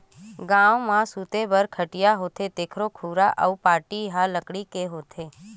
गाँव म सूते बर खटिया होथे तेखरो खुरा अउ पाटी ह लकड़ी के होथे